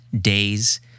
days